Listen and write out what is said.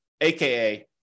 aka